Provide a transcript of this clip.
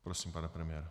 Prosím, pane premiére.